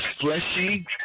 fleshy